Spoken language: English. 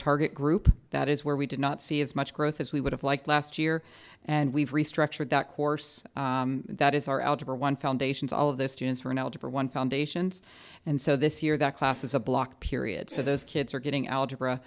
target group that is where we did not see as much growth as we would have liked last year and we've restructured that course that is our algebra one foundations all of those students were in algebra one foundations and so this year that class is a block period so those kids are getting algebra